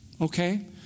Okay